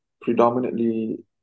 predominantly